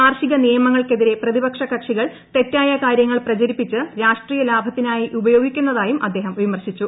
കാർഷിക നിയമങ്ങൾക്കെതിരെ പ്രതിപക്ഷ കക്ഷികൾ തെറ്റായ കാര്യങ്ങൾ പ്രചരിപ്പിച്ച് രാഷ്ട്രീയ ലാഭത്തിനായി ഉപയോഗിക്കു ന്നതായും അദ്ദേഹം വിമർശിച്ചു